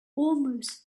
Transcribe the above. almost